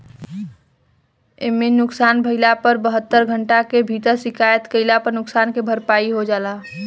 एइमे नुकसान भइला पर बहत्तर घंटा के भीतर शिकायत कईला पर नुकसान के भरपाई हो जाला